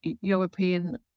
European